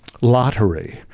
lottery